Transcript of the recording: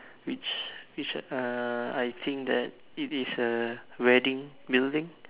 which which uh I think that it is a wedding building